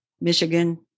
Michigan